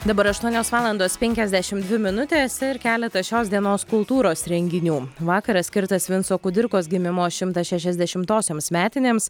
dabar aštuonios valandos penkiasdešim dvi minutės ir keletas šios dienos kultūros renginių vakaras skirtas vinco kudirkos gimimo šimtas šešiasdešimtosioms metinėms